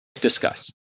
Discuss